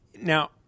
Now –